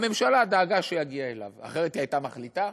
הממשלה דאגה שיגיע אליו, אחרת היא הייתה מחליטה.